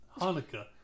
Hanukkah